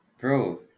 Bro